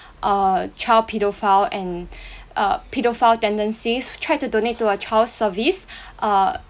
err child pedophile and err pedophile tendencies tried to donate to a child service err